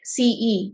CE